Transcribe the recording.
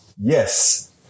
yes